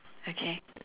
okay